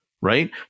right